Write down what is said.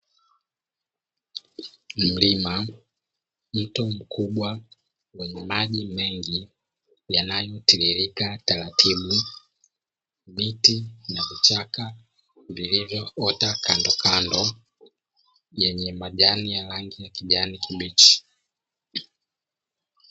Mlima, mto mkubwa wenye maji mengi yanayotiririka taratibu miti na kuchaka vilivyoota kandokando yenye majani ya rangi ya kijani kibichi.